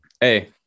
hey